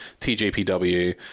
TJPW